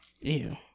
Ew